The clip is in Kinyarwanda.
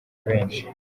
benshi